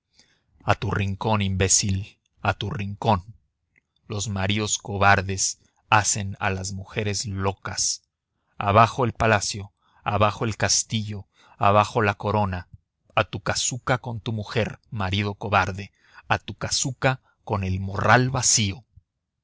a tu rincón imbécil a tu rincón los maridos cobardes hacen a las mujeres locas abajo el palacio abajo el castillo abajo la corona a tu casuca con tu mujer marido cobarde a tu casuca con el morral vacío